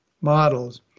models